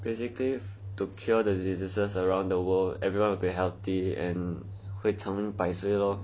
basically to cure the diseases around the world everyone will be healthy and 会长命百岁 loh